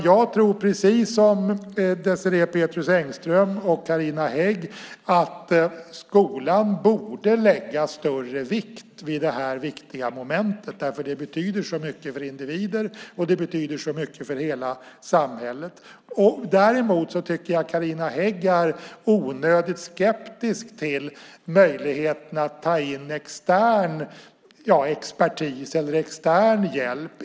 Jag tycker precis som Désirée Pethrus Engström och Carina Hägg att skolan borde lägga större vikt vid det här viktiga momentet, för det betyder så mycket för individer och hela samhället. Däremot tycker jag att Carina Hägg är onödigt skeptisk mot möjligheten att ta in extern expertis eller hjälp.